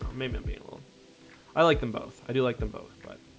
maybe be able i like them both. i do like them both but